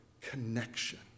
connection